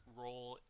role